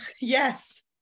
Yes